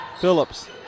Phillips